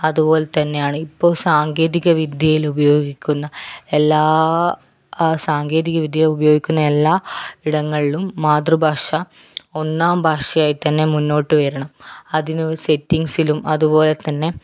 അതുപോലെ തന്നെയാണ് ഇപ്പോൾ സാങ്കേതികവിദ്യയിൽ ഉപയോഗിക്കുന്ന എല്ലാ സാങ്കേതികവിദ്യ ഉപയോഗിക്കുന്ന എല്ലാ ഇടങ്ങളിലും മാതൃഭാഷ ഒന്നാം ഭാഷയായി തന്നെ മുന്നോട്ടു വരണം അതിനൊരു സെറ്റിംഗ്സിലും അതുപോലെ തന്നെ